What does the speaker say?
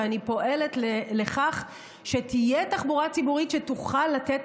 ואני פועלת לכך שתהיה תחבורה ציבורית שתוכל לתת